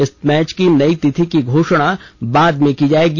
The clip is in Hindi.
इस मैच की नई तिथि की घोषणा बाद में की जायेगी